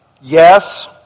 yes